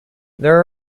there